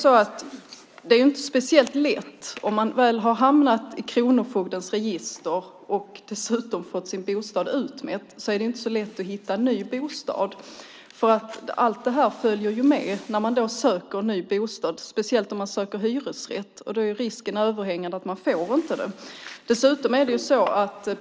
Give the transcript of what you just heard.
Om man väl har hamnat i kronofogdens register och dessutom fått sin bostad utmätt är det inte så lätt att hitta en ny bostad. Allt det här följer ju med när man söker en ny bostad, speciellt om man söker en hyresrätt. Då är risken överhängande att man inte får den.